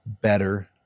better